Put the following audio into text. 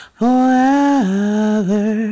forever